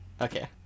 Okay